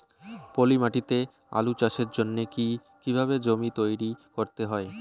পলি মাটি তে আলু চাষের জন্যে কি কিভাবে জমি তৈরি করতে হয়?